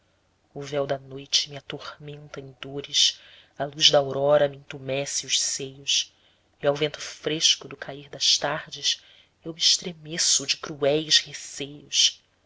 o véu da noite me atormenta em dores a luz da aurora me intumesce os seios e ao vento fresco do cair das tardes eu me estremeço de cruéis receios